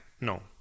No